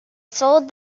sold